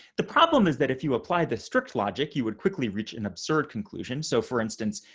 the problem is that if you apply this strict logic you would quickly reach an absurd conclusion. so for instance,